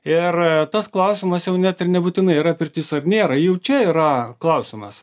ir tas klausimas jau net ir nebūtinai yra pirtis ar nėra jau čia yra klausimas